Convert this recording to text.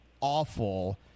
awful